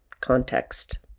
context